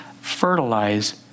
fertilize